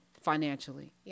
financially